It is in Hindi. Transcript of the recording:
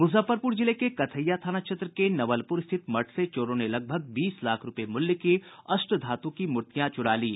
मुजफ्फरपुर जिले के कथैया थाना क्षेत्र के नवलपुर स्थित मठ से चोरों ने लगभग बीस लाख रूपये मूल्य की अष्टधातु की मूर्तियां चूरा ली